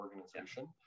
organization